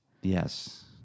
Yes